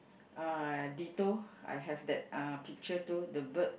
uh Ditto I have that uh picture too the bird